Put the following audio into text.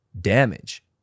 damage